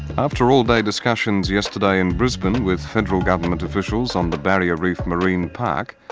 after all-day discussions yesterday in brisbane with federal government officials on the barrier reef marine park,